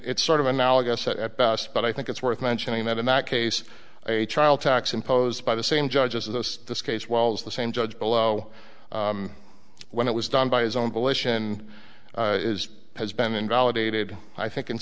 it's sort of analogous at best but i think it's worth mentioning that in that case a child tax imposed by the same judge as of this this case wells the same judge below when it was done by his own volition is has been invalidated i think in